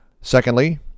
Secondly